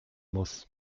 muss